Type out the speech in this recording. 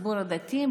הציבור הדתי,